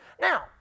Now